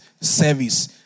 service